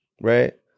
right